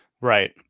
Right